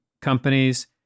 companies